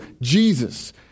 Jesus